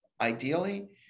ideally